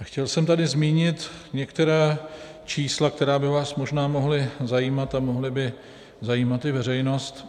Chtěl jsem tady zmínit některá čísla, která by vás možná mohla zajímat a mohla by zajímat i veřejnost.